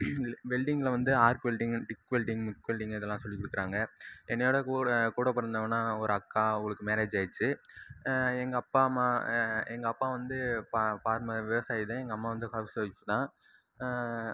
வெல்ட்டிங்கில் வந்து arc welding TIG welding MIG welding இதெல்லாம் சொல்லி கொடுக்குறாங்க என்னோடய கூட கூட பிறந்தவன்னா ஒரு அக்கா அவங்களுக்கு மேரேஜ் ஆகிட்சி எங்கள் அப்பா அம்மா எங்கள் அப்பா வந்து பா ஃபார்மர் விவசாயி தான் எங்கள் அம்மா வந்து ஹவுஸ் ஒய்ஃப் தான்